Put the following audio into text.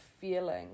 feeling